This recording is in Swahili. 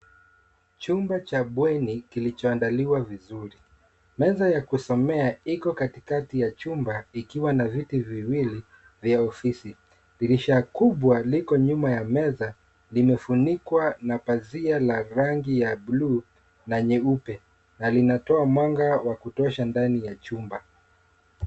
Chumba cha bweni kilicho andaliwa vizuri. Meza ya kusomea iko katikati ya chumba ikiwa na viti viwili vya ofisi Dirisha kubwa liko nyuma ya meza limefunikwa na pazia ya rangi la buluu na nyeupe na linatoa mwanga wa kutosha ndani ya chumba.